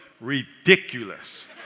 ridiculous